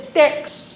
text